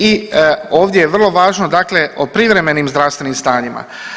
I ovdje je vrlo važno, dakle o privremenim zdravstvenim stanjima.